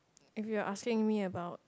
if you asking me about